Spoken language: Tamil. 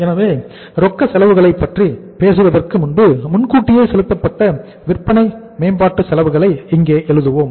எனவே ரொக்க செலவுகளைப் பற்றி பேசுவதற்கு முன்பு முன்கூட்டியே செலுத்தப்பட்ட விற்பனை மேம்பாட்டு செலவுகளை இங்கு எழுதுவோம்